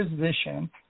position